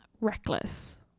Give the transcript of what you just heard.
reckless